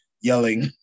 yelling